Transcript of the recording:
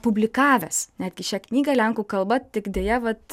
publikavęs netgi šią knygą lenkų kalba tik deja vat